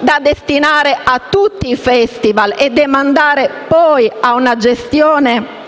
da destinare a tutti i festival e demandare poi a una gestione